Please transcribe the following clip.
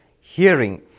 hearing